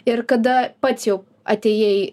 ir kada pats jau atėjai